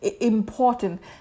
important